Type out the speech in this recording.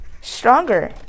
stronger